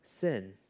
sin